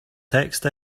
text